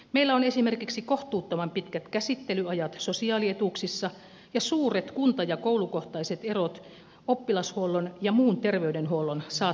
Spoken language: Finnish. meillä on esimerkiksi kohtuuttoman pitkät käsittelyajat sosiaalietuuksissa ja suuret kunta ja koulukohtaiset erot oppilashuollon ja muun terveydenhuollon saatavuudessa